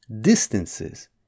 distances